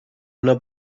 una